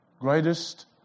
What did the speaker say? Greatest